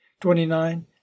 Twenty-nine